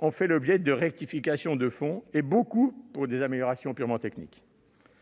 ont fait l'objet de rectifications de fond, et beaucoup d'entre eux pour des améliorations purement techniques.